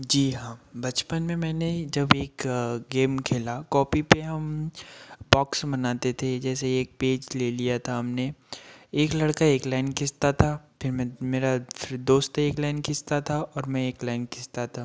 जी हाँ बचपन में मैंने जब एक गेम खेला कोपी पर हम बॉक्स बनाते थे जैसे एक पेज ले लिया था हमने एक लड़का एक लाइन खींचता था फिर मेरा फिर दोस्त एक लाइन खींचता था और मैं एक लाइन खींचता था